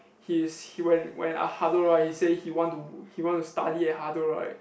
he's he when when uh hado right he say he want to he want to study at hado right